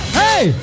hey